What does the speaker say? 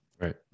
right